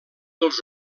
dels